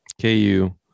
KU